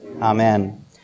amen